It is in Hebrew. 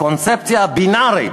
הקונספציה הבינארית,